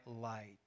light